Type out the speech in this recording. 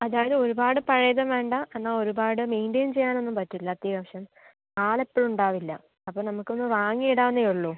അതായത് ഒരുപാട് പഴയതും വേണ്ട എന്നാൽ ഒരുപാട് മൈൻറ്റൈൻ ചെയ്യാനൊന്നും പറ്റില്ല അത്യാവശ്യം ആളെപ്പോഴും ഉണ്ടാവില്ല അപ്പോൾ നമുക്കൊന്ന് വാങ്ങിയിടാമെന്നേ ഉള്ളൂ